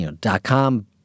dot-com